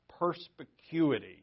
perspicuity